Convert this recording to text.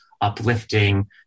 uplifting